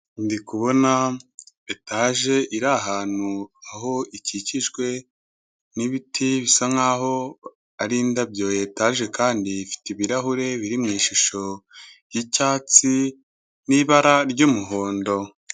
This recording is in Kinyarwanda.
Ndi kubona etaje iri ahantu aho ikikijwe n'ibiti bisa nkaho ari indabyo etaje kandi ifite ibirahure biri mu ishusho y'icyatsi n'ibara ry'umuhondo.